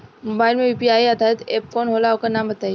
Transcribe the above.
Mobile म UPI आधारित app कौन होला ओकर नाम बताईं?